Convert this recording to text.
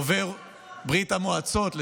מברית המועצות.